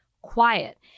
quiet